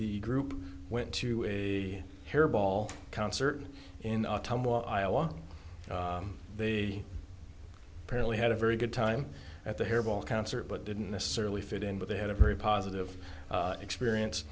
the group went to a hairball concert in iowa they apparently had a very good time at the hair ball concert but didn't necessarily fit in but they had a very positive experience